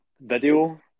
video